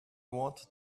wanted